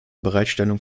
bereitstellung